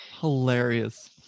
Hilarious